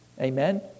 Amen